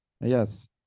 Yes